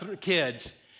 kids